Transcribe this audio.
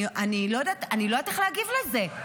אני לא יודעת איך להגיב על זה.